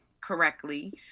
correctly